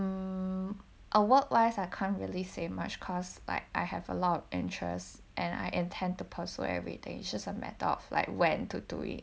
mm a work wise I can't really say much cause like I have a lot of interest and I intend to pursue everyday it's just a matter of like when to do it